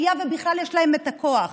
אם בכלל יש להן את הכוח.